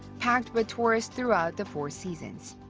packed with tourists throughout the four seasons.